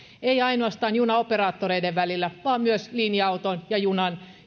eivät ainoastaan junaoperaattoreiden välillä vaan myös linja auton junan